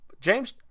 James